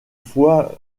fois